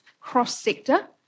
cross-sector